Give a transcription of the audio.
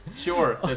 Sure